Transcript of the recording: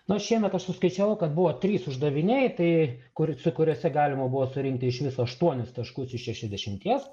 nu šiemet aš suskaičiavau kad buvo trys uždaviniai tai kur su kuriuose galima buvo surinkti iš viso aštuonis taškus iš šešiasdešimties